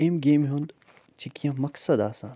اَمہِ گیمہِ ہُنٛد چھِ کیٚنہہ مقصد آسان